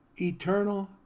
eternal